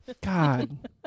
God